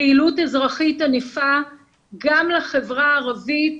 פעילות אזרחית ענפה גם לחברה הערבית,